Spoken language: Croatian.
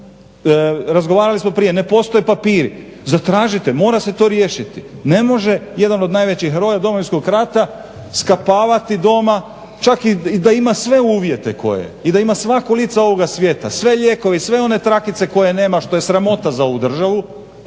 Razgovarali smo prije, ne postoje papiri, zatražite, mora se to riješiti. Ne može jedan od najvećih heroja Domovinskog rata skapavati doma čak i da ima sve uvjete i da ima sva kolica ovoga svijeta, sve lijekove i sve one trakice koje nema što je sramota za ovu državu